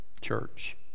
church